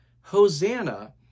Hosanna